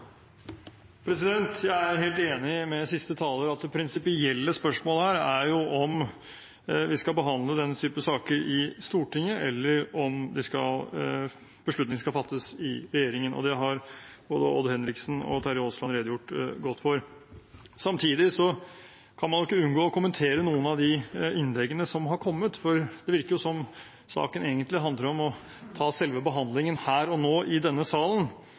at det prinsipielle spørsmålet her er om vi skal behandle denne type saker i Stortinget, eller om beslutningen skal fattes i regjeringen. Det har representantene Odd Henriksen og Terje Aasland redegjort godt for. Samtidig kan man ikke unngå å kommentere noen av de innleggene som har kommet. Det virker som om saken egentlig handler om å ta selve behandlingen her og nå i denne salen.